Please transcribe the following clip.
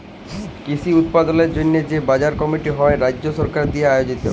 কৃষি উৎপাদলের জন্হে যে বাজার কমিটি হ্যয় রাজ্য সরকার দিয়া আয়জিত